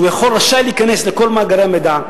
שהוא רשאי להיכנס לכל מאגרי המידע.